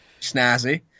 snazzy